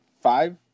Five